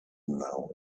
now